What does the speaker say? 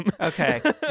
Okay